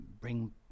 bring